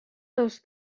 these